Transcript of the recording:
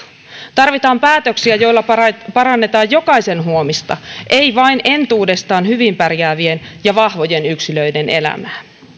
tarvitaan päätöksiä joilla parannetaan parannetaan jokaisen huomista ei vain entuudestaan hyvin pärjäävien ja vahvojen yksilöiden elämää